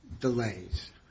delays